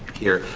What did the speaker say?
here.